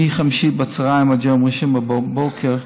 מחמישי בצוהריים עד יום ראשון בבוקר,